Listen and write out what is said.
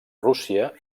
rússia